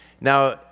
Now